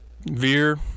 veer